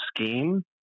scheme